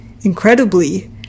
incredibly